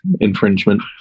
infringement